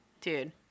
Dude